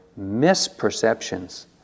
misperceptions